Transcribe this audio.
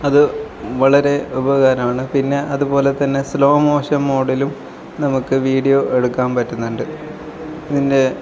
അത് വളരെ ഉപകരമാണ് പിന്നെ അതുപോലെ തന്നെ സ്ലോ മോഷൻ മോഡിലും നമുക്ക് വീഡിയോ എടുക്കാൻ പറ്റുന്നുണ്ട് ഇതിന്റെ